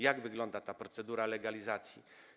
Jak wygląda procedura legalizacji?